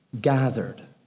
gathered